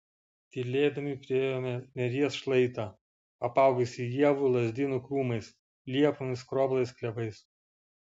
tylėdami priėjome neries šlaitą apaugusį ievų lazdynų krūmais liepomis skroblais klevais